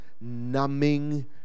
numbing